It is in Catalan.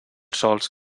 sols